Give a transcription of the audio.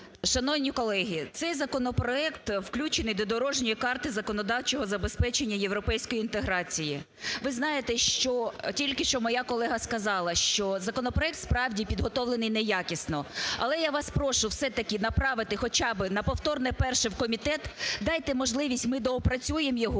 Шановні колеги, цей законопроект включений до дорожньої карти законодавчого забезпечення європейської інтеграції. Ви знаєте, що тільки що моя колега сказала, що законопроект справді підготовлений неякісно. Але я вас прошу все-таки направити хоча би на повторне перше в комітет, дайте можливість, ми доопрацюємо його.